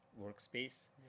workspace